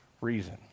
reason